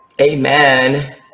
Amen